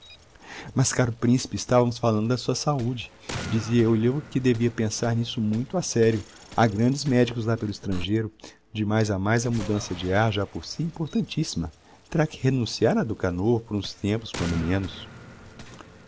mas caro principe estavamos falando na sua saúde e dizia-lhe eu que devia pensar n'isso muito a sério ha grandes medicos lá pelo estrangeiro de mais a mais a mudança de ar já por si é importantissima terá que renunciar a dukhanovo por uns tempos quando menos